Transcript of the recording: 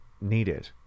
needed